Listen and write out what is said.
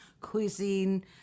cuisine